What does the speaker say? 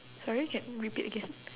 sorry can repeat again